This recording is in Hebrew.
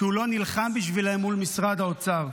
כי הוא לא נלחם בשבילם מול משרד האוצר?